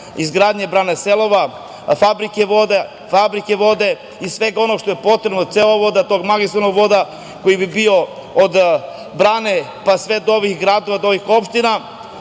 izgradnje brane „Selova“ fabrike vode i svega onoga što je potrebno, do tog magistralnog vodovoda koji bi bio od brane, pa sve do gradova, do ovih opština,